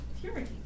purity